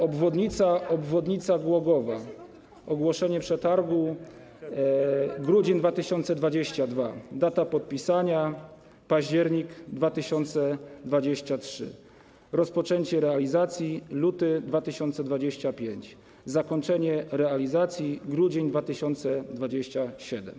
Obwodnica Głogowa - ogłoszenie przetargu: grudzień 2022, data podpisania: październik 2023, rozpoczęcie realizacji: luty 2025, zakończenie realizacji: grudzień 2027.